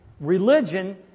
religion